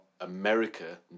America